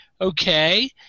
okay